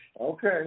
okay